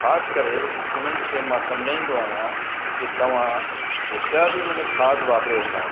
ख़ासि करे उन्हनि खे मां समुझाईंदो आहियां कि तव्हां जेका बि हुन में खाध वापरियो था